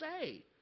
say